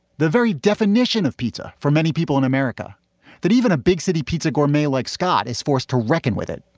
the very definition of pizza for many people in america that even a big city pizza gourmet like scott is forced to reckon with it.